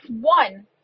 one